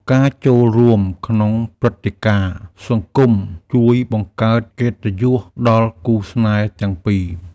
ការចូលរួមក្នុងព្រឹត្តិការណ៍សង្គមជួយបង្កើតកិត្តិយសដល់គូស្នេហ៍ទាំងពីរ។